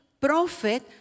prophet